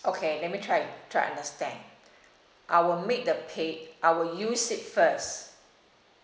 okay let me try try to understand I will make the pay I will use it first